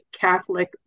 Catholic